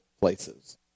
places